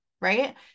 right